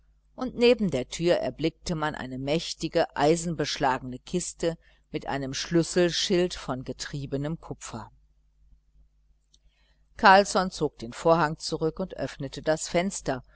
und neben der tür erblickte man eine mächtige eisenbeschlagene kiste mit einem schlüsselschild von getriebenem kupfer carlsson zog den vorhang zurück und öffnete das fenster